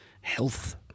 health